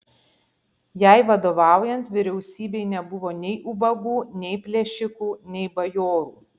jai vadovaujant vyriausybei nebuvo nei ubagų nei plėšikų nei bajorų